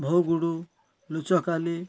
ବୋହୁଗୁଡ଼ୁ ଲୁଚକାଲି